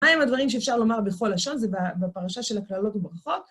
מה הם הדברים שאפשר לומר בכל לשון? זה בפרשה של הכללות וברכות.